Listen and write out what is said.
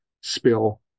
spill